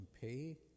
pay